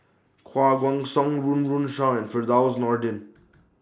Koh Guan Song Run Run Shaw and Firdaus Nordin